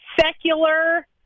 secular